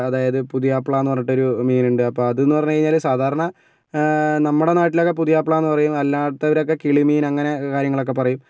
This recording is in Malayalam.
അതായത് പുതിയാപ്ല എന്ന് പറഞ്ഞിട്ട് ഒരു മീൻ ഉണ്ട് അപ്പോൾ അത് എന്ന് പറഞ്ഞുകഴിഞ്ഞാല് സാധാരണ നമ്മുടെ നാട്ടിലൊക്കെ പുതിയാപ്ല എന്ന് പറയും അല്ലാത്തവരൊക്കെ കിളിമീൻ അങ്ങനെ കാര്യങ്ങളൊക്കെ പറയും